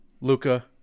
Luca